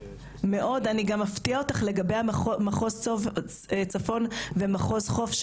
אני גם אפתיע אותך לגבי מחוז צפון ומחוז חוף,